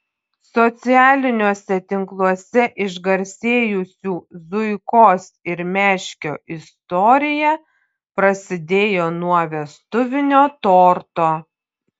socialiniuose tinkluose išgarsėjusių zuikos ir meškio istorija prasidėjo nuo vestuvinio torto